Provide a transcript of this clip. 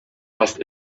fast